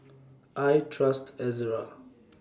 I Trust Ezerra